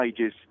ages